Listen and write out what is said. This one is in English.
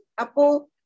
Apo